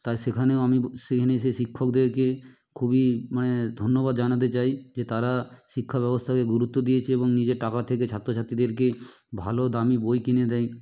তাই সেখানেও আমি সেখানে সে শিক্ষকদেরকে খুবই মানে ধন্যবাদ জানাতে চাই যে তারা শিক্ষাব্যবস্থাকে গুরুত্ব দিয়েছে এবং নিজের টাকা থেকে ছাত্র ছাত্রীদেরকে ভালো দামি বই কিনে দেয়